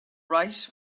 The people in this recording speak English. right